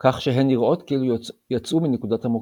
כך שהן נראות כאילו יצאו מנקודת המוקד.